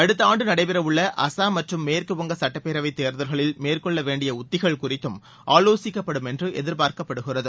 அடுத்தஆண்டுநடைபெறவுள்ளஅசாம் மற்றம் மேற்குவங்கசட்டப்பேரவைதேர்தல்களில் மேற்கொள்ளவேண்டியஉத்திகள் குறித்தும் ஆலோசிக்கப்படும் என்றுஎதிர்பார்க்கப்படுகிறது